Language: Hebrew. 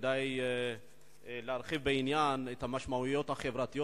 כדאי להרחיב בעניין המשמעויות החברתיות